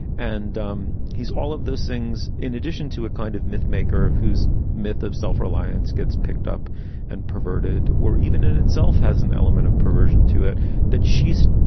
and um he's all of those things in addition to a kind of myth maker whose myth of self-reliance gets picked up and perverted were even in itself has an element of perversion to it that she's,